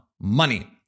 money